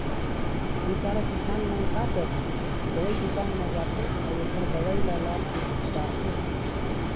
बिचारा किसान मन का करही, दवई दुकान म जाथे अउ ओखर दवई ल लानके डारथे